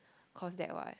cause that what